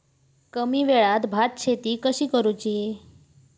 कमी वेळात भात शेती कशी करुची?